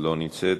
לא נמצאת,